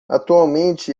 atualmente